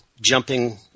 jumping